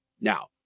Now